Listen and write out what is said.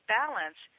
balance